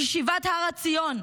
מישיבות הר עציון,